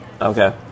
okay